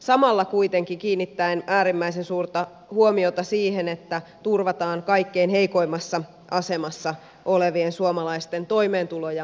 samalla kuitenkin kiinnitän äärimmäisen suurta huomiota siihen että turvataan kaikkein heikoimmassa asemassa olevien suomalaisten toimeentulo ja hyvinvointi